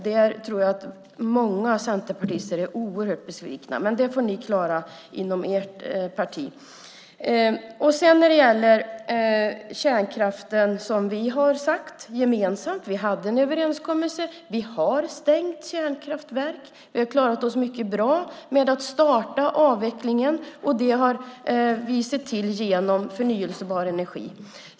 Det tror jag att många centerpartister är oerhört besvikna över, men det får ni klara upp inom ert parti. När det gäller kärnkraften hade vi en överenskommelse. Vi har stängt kärnkraftverk, och vi har klarat oss mycket bra med att starta avvecklingen genom att använda förnybar energi.